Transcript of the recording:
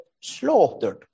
slaughtered